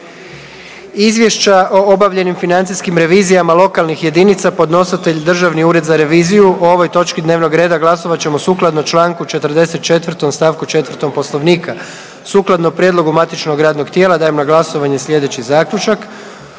Izvješća o obavljenim financijskim revizijama lokalnih jedinica. Podnositelj Državni ured za reviziji. O ovoj točki dnevnog reda glasovat ćemo sukladno čl. 44. st. 4. poslovnika. Sukladno prijedlogu matičnog radnog tijela dajem na glasovanje slijedeći zaključak.